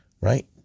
right